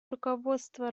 руководство